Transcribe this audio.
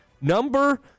number